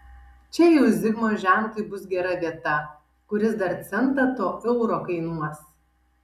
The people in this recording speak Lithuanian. čia jau zigmo žentui bus gera vieta kuris dar centą to euro kainuos